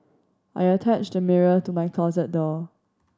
I attached the mirror to my closet door